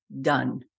done